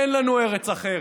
אין לנו ארץ אחרת.